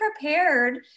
prepared